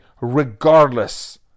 regardless